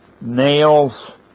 nails